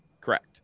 Correct